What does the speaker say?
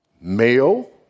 male